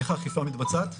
איך האכיפה מתבצעת?